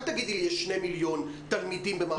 אל תגידי לי יש 2 מיליון תלמידים במערכת החינוך,